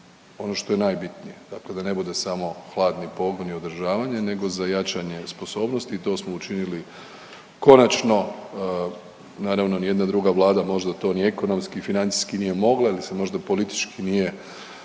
Ono što je najbitnije, tako da ne bude samo hladni pogon i održavanje, nego za jačanje sposobnosti i to smo učinili konačno, naravno, nijedna druga vlada možda to ni ekonomski ni financijski nije mogla ili se možda politički nije ufala